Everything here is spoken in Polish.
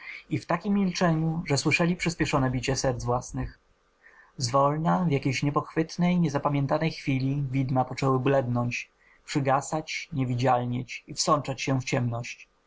i w takiem milczeniu że słyszeli przyśpieszone bicie serc własnych zwolna w jakiejś niepochwytnej niezapamiętanej chwili widma poczęły blednąć przygasać niewidzialnieć i wsączać się w ciemności